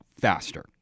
faster